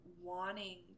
wanting